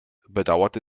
bedauerte